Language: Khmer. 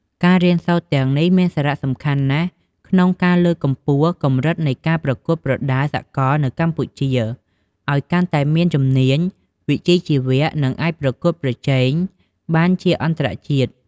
ការរៀនសូត្រទាំងនេះមានសារៈសំខាន់ណាស់ក្នុងការលើកកម្ពស់កម្រិតនៃការប្រកួតប្រដាល់សកលនៅកម្ពុជាឲ្យកាន់តែមានជំនាញវិជ្ជាជីវៈ និងអាចប្រកួតប្រជែងបានជាអន្តរជាតិ។